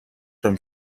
from